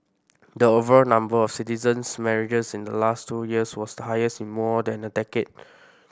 the overall number of citizens marriages in the last two years was the highest in more than a decade